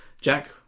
Jack